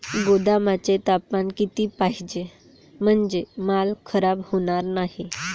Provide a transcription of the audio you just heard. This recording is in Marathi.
गोदामाचे तापमान किती पाहिजे? म्हणजे माल खराब होणार नाही?